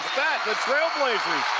the trailblazers,